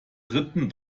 dritten